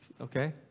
Okay